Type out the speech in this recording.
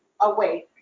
away